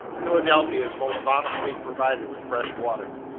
philadelphia is most bountifully provided with fresh water,